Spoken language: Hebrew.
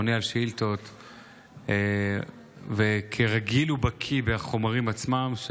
עונה על שאילתות כרגיל ובקי בחומרים עצמם,